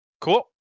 Cool